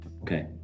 Okay